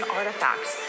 artifacts